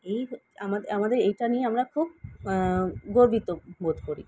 এই আমাদের এইটা নিয়ে আমরা খুব গর্বিত বোধ করি